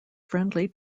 friendly